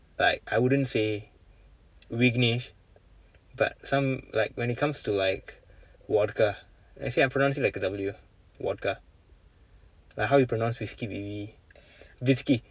like I wouldn't say vignesh but some like when it comes to like vodka let's say im pronouncing like the W vodka like how you pronounce whisky with V whisky